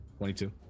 22